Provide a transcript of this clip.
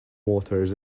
waters